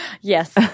Yes